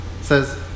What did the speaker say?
says